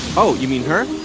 oh, you mean her?